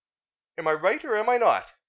am i right or am i not?